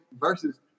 Versus